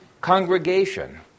congregation